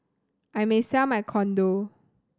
I may sell my condo